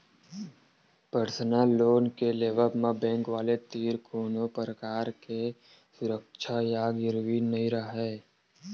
personal loan के लेवब म बेंक वाले तीर कोनो परकार के सुरक्छा या गिरवी नइ राहय